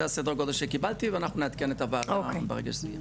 זה הסדר גודל שקיבלתי ואנחנו נעדכן את הוועדה ברגע שזה יהיה.